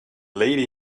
lady